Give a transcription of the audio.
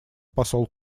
посол